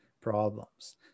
problems